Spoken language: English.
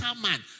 man